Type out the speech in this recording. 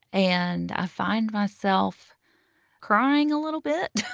and i find myself crying a little bit